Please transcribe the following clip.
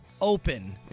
open